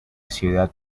ciudad